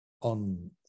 on